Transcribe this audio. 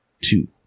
two